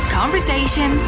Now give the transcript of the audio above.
conversation